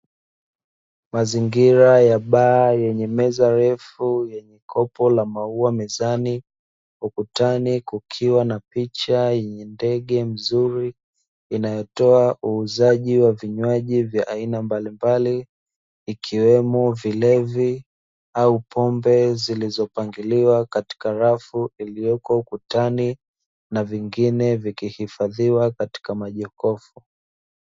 Mazingira ya baa yenye meza refu yenye kopo la maua, ukutani kukiwa na picha yenye ndege mzuri, inayotoa uuzaji wa vinywaji mbalimbali, ikiwemo vilevi au pombe ziliizopangiliwa katika rafu iliyoko ukutani na vingine vikihifadhiwa katika majokofu.